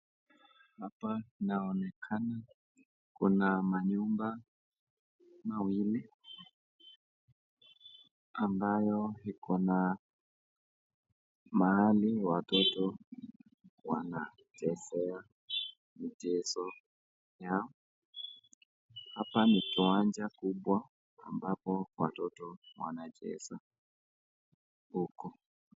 Hapa inaonekana kuna manyumba awili, ambayo na mahali watoto wanachezea mchezo yao, hapa ni kiwanja kubwa ambapo watoto wanacheza huku.